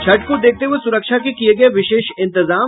छठ को देखते हुये सुरक्षा के किये गये विशेष इंतजाम